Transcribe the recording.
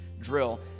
drill